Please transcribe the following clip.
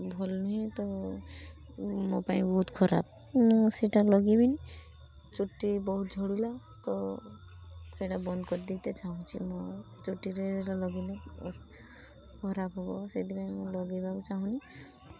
ଭଲ ନୁହେଁ ତ ମୋ ପାଇଁ ବହୁତ୍ ଖରାପ ମୁଁ ସେଇଟା ଲଗାଇବିନି ଚୁଟି ବହୁତ ଝଡ଼ିଲା ତ ସେଇଟା ବନ୍ଦ କରି ଦେବାକୁ ଚାହୁଁଛି ମୁଁ ଚୁଟିରେ ସେଇଟା ଲଗାଇଲେ ଖରାପ ହେବ ସେଇଥିପାଇଁ ମୁଁ ଲଗାଇବାକୁ ଚାହୁଁନି